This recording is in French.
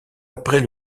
après